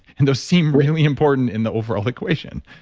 and those seem really important in the overall equation.